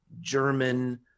German